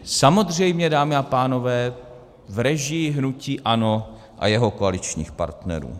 Samozřejmě, dámy a pánové, v režii hnutí ANO a jeho koaličních partnerů.